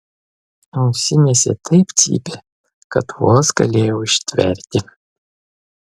ausinėse taip cypė kad vos galėjau ištverti